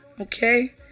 Okay